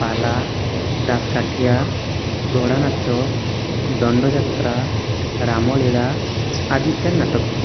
ପାଲା ଦାସକାଠିଆ ଘୋଡ଼ାନାଚ ଦଣ୍ଡଯାତ୍ରା ରାମଲୀଳା ଆଦି ଇତ୍ୟାଦି ନାଟକ